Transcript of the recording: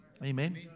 Amen